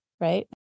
right